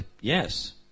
Yes